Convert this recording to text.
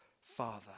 father